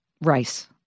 Rice